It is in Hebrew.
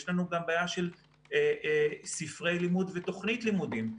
יש לנו גם בעיה של ספרי לימוד ותוכנית לימודים.